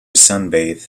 sunbathe